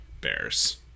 Bears